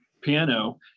piano